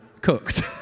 cooked